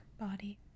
body